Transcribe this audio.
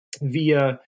via